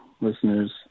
listeners